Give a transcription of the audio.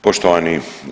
Poštovani.